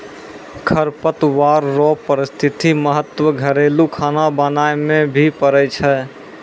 खरपतवार रो पारिस्थितिक महत्व घरेलू खाना बनाय मे भी पड़ै छै